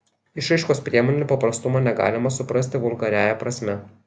išraiškos priemonių paprastumo negalima suprasti vulgariąja prasme